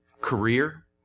career